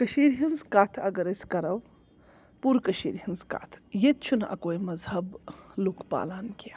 کٔشیٖرِ ہٕنٛز کَتھ اگر أسۍ کَرو پوٗرٕ کٔشیٖرِ ہٕنٛز کَتھ ییٚتہِ چھُنہٕ اَکوے مذہَب لُکھ پالان کیٚنٛہہ